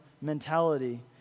mentality